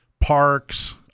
parks